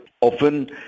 often